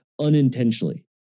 unintentionally